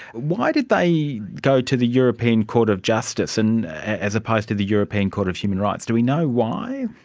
why did they go to the european court of justice and as opposed to the european court of human rights, do we know why?